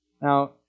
Now